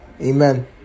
Amen